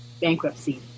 bankruptcy